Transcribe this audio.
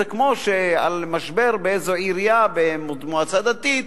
זה כמו שעל משבר באיזו עירייה במועצה דתית,